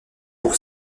pour